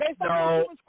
no